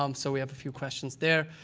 um so we have a few questions there.